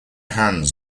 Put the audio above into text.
hands